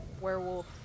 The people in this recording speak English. werewolf